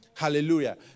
Hallelujah